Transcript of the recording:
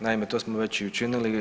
Naime, to smo već i učinili.